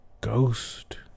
ghost